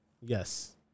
Yes